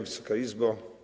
Wysoka Izbo!